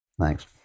Thanks